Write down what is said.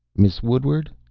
miss woodward,